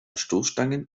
stoßstangen